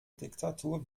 diktatur